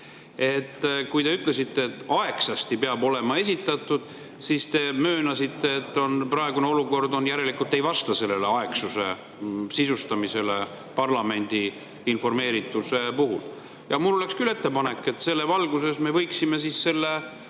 Kui te ütlesite, et aegsasti peab olema esitatud, siis te möönsite, et praegune olukord järelikult ei vasta sellele aegsuse sisustamisele parlamendi informeerituse puhul. Ja mul oleks küll ettepanek, et selle valguses me võiksime selle